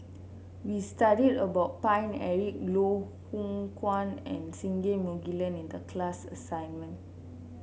we studied about Paine Eric Loh Hoong Kwan and Singai Mukilan in the class assignment